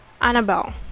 Annabelle